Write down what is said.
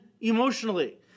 emotionally